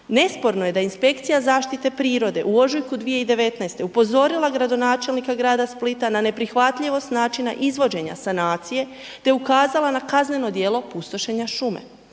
Nesporno je Inspekcija zaštite prirode u ožujku 2019. upozorila gradonačelnika grada Splita na neprihvatljivost načina izvođenja sanacije te ukazala na kazneno djelo pustošenja šume.